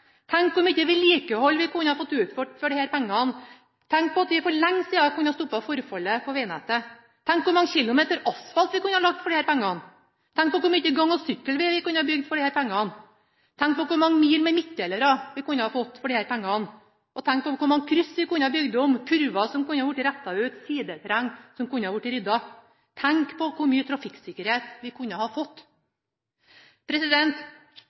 Tenk hvor mye vedlikehold vi kunne fått utført for disse pengene! Tenk at vi for lenge siden kunne ha stoppet forfallet på vegnettet! Tenk hvor mange kilometer asfalt vi kunne ha lagt for disse pengene! Tenk hvor mye gang- og sykkelveg vi kunne ha bygd for disse pengene! Tenk hvor mange mil med midtdelere vi kunne ha fått for disse pengene! Tenk hvor mange kryss vi kunne bygd om, kurver som kunne ha blitt rettet ut, sideterreng som kunne ha blitt ryddet! Tenk hvor mye trafikksikkerhet vi kunne ha fått!